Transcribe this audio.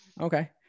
Okay